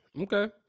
Okay